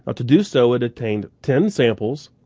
ah to do so it obtained ten samples,